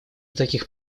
таких